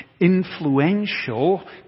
influential